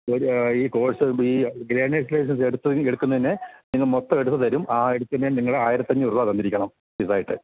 ഈ കോഴ്സ് ഈ learners licence എടുത്ത് എടുക്കുന്നതിനു നിങ്ങള്ക്കു മൊത്തം എടുത്ത് തരും ആ എടുക്കുന്നതിനു നിങ്ങള് ആയിരത്തി അഞ്ഞൂറ് രൂപ തന്നിരിക്കണം ഫീസായിട്ട്